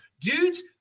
Dudes